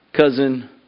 cousin